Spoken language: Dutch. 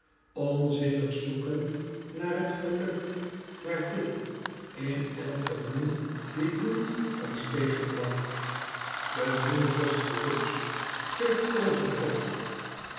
onzinnig zoeken naar t geluk waar dit in elke bloem die bloeit ons tegenlacht de bloeme des geluks geurt overal